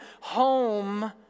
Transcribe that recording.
home